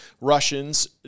Russians